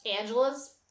Angela's